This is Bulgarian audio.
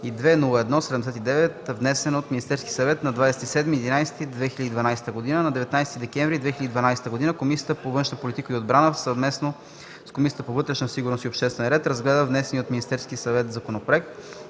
202-01-79, внесен от Министерския съвет на 27 ноември 2012 г. На 19 декември 2012 г. Комисията по външна политика и отбрана, съвместно с Комисията по вътрешна сигурност и обществен ред, разгледа внесения от Министерския съвет законопроект.